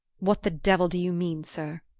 what the devil do you mean, sir?